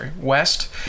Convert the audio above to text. West